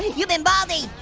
you've been baldied.